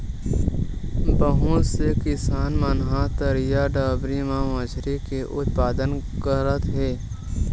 बहुत से किसान मन ह तरईया, डबरी म मछरी के उत्पादन करत हे